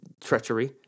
treachery